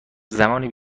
زمان